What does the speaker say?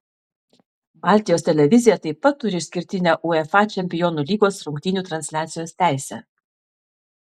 baltijos televizija taip pat turi išskirtinę uefa čempionų lygos rungtynių transliacijos teisę